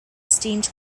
steamed